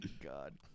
god